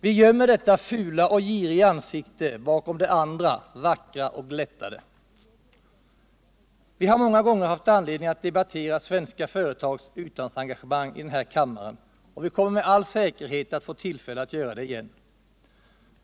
Vi gömmer detta fula och giriga ansikte bakom det andra, det vackra och glättade. Vi har många gånger här i kammaren haft anledning att debattera svenska företags utlandsengagemang, och vi kommer med all säkerhet att få göra det igen.